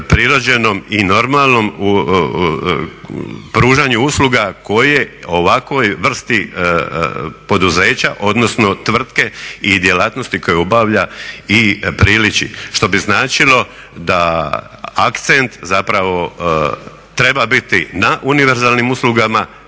i normalnom pružanju usluga koje ovakvoj vrsti poduzeća odnosno tvrtke i djelatnosti koje obavlja i prilični. Što bi značilo da akcent zapravo treba biti na univerzalnim uslugama,